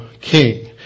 king